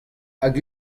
hag